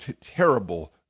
terrible